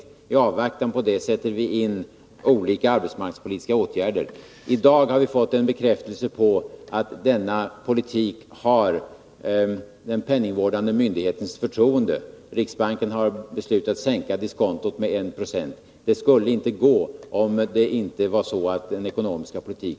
I avvaktan på att denna slår igenom sätter vi in olika arbetsmarknadspolitiska åtgärder. I dag har vi fått en bekräftelse på att denna politik har den penningvårdande myndighetens förtroende, nämligen genom att riksbanken har beslutat sänka diskontot med 1 90. Det skulle inte gå, om vi inte hade en lyckad ekonomisk politik.